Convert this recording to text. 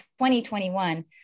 2021